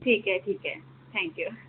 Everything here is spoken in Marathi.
ठीक आहे ठीक आहे थँक्यू